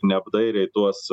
neapdairiai tuos